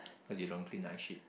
cause you don't clean nice shit